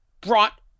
brought